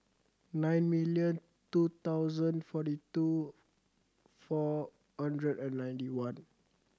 nine million two thousand forty two four hundred and ninety one